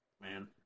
Man